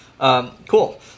Cool